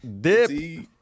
Dip